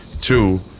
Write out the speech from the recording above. Two